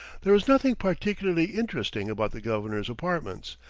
there is nothing particularly interesting about the governor's apartments,